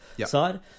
side